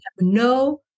no